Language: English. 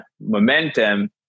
momentum